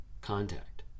contact